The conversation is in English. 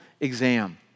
exam